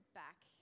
back